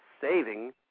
saving